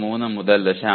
3 മുതൽ 0